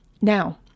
Now